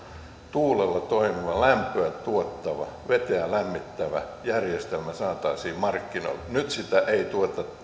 tuulella toimiva lämpöä tuottava vettä lämmittävä järjestelmä saataisiin markkinoille nyt tämän järjestelmän kautta ei tueta